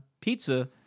pizza